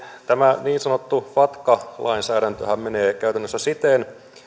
tämä niin sanottu fatca lainsäädäntöhän menee käytännössä siten